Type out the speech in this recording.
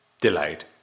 delayed